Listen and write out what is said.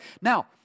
Now